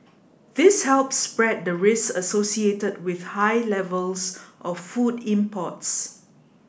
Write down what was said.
this helps spread the risks associated with high levels of food imports